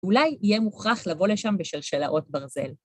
אולי יהיה מוכרח לבוא לשם בשלשלאות ברזל.